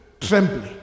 trembling